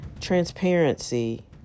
transparency